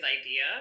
idea